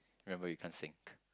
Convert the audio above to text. remember you can't sing